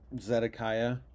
Zedekiah